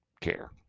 care